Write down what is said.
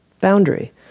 boundary